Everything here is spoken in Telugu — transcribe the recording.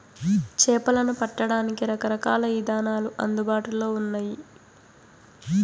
చేపలను పట్టడానికి రకరకాల ఇదానాలు అందుబాటులో ఉన్నయి